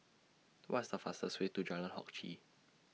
What's The fastest Way to Jalan Hock Chye